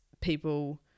people